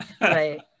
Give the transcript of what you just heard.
Right